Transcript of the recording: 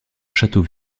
château